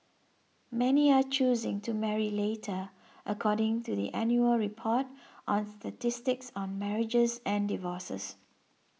many are choosing to marry later according to the annual report on statistics on marriages and divorces